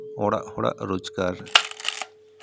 ᱚᱲᱟᱜ ᱦᱚᱲᱟᱜ ᱨᱳᱡᱽᱜᱟᱨ